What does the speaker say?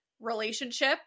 relationship